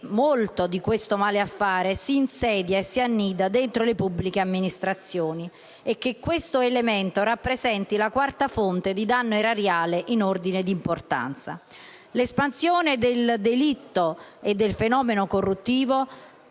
molto di questo malaffare si insedia e si annida dentro le pubbliche amministrazioni e che questo elemento rappresenta la quarta fonte di danno erariale in ordine di importanza. L'espansione del delitto e del fenomeno corruttivo